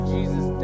Jesus